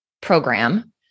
program